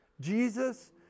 Jesus